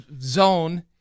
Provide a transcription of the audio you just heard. zone